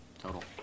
total